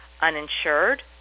uninsured